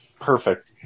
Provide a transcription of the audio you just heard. perfect